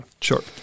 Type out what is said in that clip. Sure